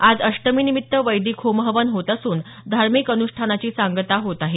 आज अष्टमीनिमीत वैदिक होमहवन होत असून धार्मिक अन्ष्ठानाची सांगता होत आहे